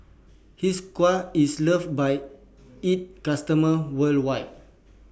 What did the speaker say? Hiruscar IS loved By its customers worldwide